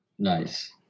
Nice